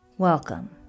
Welcome